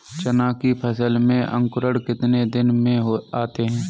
चना की फसल में अंकुरण कितने दिन में आते हैं?